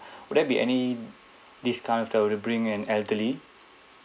would there be any discount that would bring an elderly